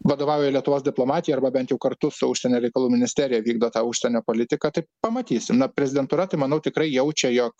vadovauja lietuvos diplomatijai arba bent jau kartu su užsienio reikalų ministerija vykdo tą užsienio politiką tai pamatysim na prezidentūra tai manau tikrai jaučia jog